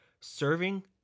Serving